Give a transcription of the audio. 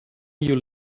you